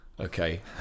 okay